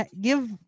Give